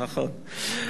נכון.